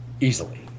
Easily